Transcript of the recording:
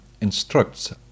instructs